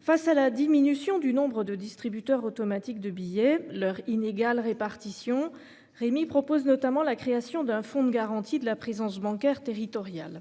Face à la diminution du nombre de distributeurs automatiques de billets leur inégale répartition Rémy propose notamment la création d'un fonds de garantie de la présence bancaire territoriale.